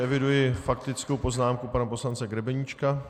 Eviduji faktickou poznámku pana poslance Grebeníčka.